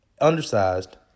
undersized